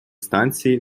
станції